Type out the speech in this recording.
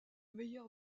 meilleurs